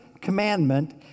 commandment